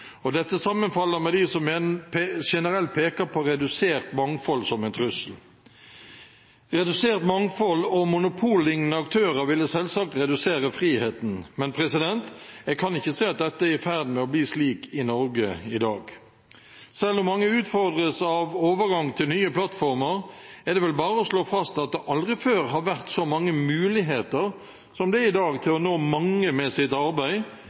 og dette sammenfaller med det som noen generelt peker på, at redusert mangfold er en trussel. Redusert mangfold og monopollignende aktører ville selvsagt redusert friheten, men jeg kan ikke se at det er i ferd med å bli slik i Norge i dag. Selv om mange utfordres av overgang til nye plattformer, er det vel bare å slå fast at det aldri før har vært så mange muligheter som det er i dag til å nå mange med sitt arbeid,